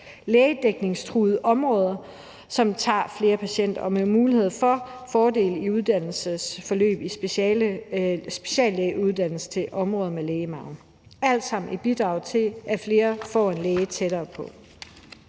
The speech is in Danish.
lægedækningstruede områder, så de tager flere patienter, og mulighed for at fordele læger i uddannelsesforløb i speciallægeuddannelsen til områder med lægemangel. Alt sammen vil bidrage til, at flere får en læge tættere på.